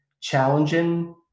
challenging